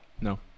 No